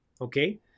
Okay